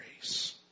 grace